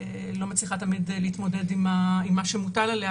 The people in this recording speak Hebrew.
לא מצליחה תמיד להתמודד עם מה שמוטל עליה,